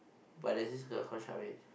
but there is this girl called Charmaine